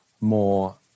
more